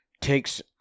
takes